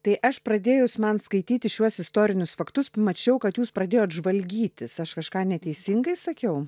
tai aš pradėjus man skaityti šiuos istorinius faktus pamačiau kad jūs pradėjot žvalgytis aš kažką neteisingai sakiau